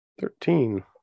Thirteen